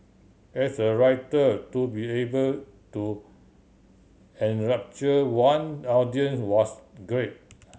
as a writer to be able to enrapture one audience was great